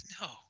no